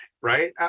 right